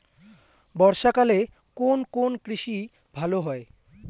বর্ষা কালে কোন কোন কৃষি ভালো হয়?